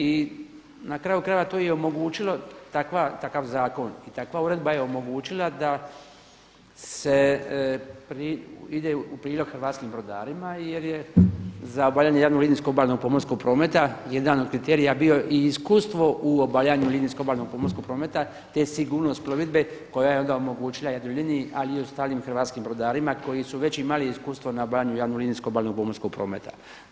I na kraju krajeva to je i omogućilo takav zakon i takva uredba je omogućila da ide u prilog hrvatskim brodarima jer je za obavljanje javnog linijskog obalnog pomorskog prometa jedan od kriterija bio i iskustvo u obavljanju linijskog obalnog pomorskog prometa te sigurnost plovidbe koja je onda omogućila Jadroliniji ali i ostalim hrvatskim brodarima koji su već imali iskustvo na obavljanju javno linijskog obalnog pomorskog prometa.